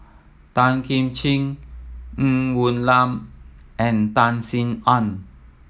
Tan Kim Ching Ng Woon Lam and Tan Sin Aun